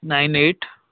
nine eight